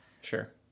sure